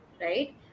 right